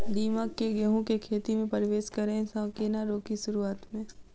दीमक केँ गेंहूँ केँ खेती मे परवेश करै सँ केना रोकि शुरुआत में?